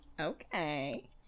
Okay